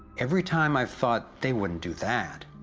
every time i've thought, they wouldn't do that,